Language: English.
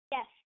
Yes